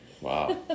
Wow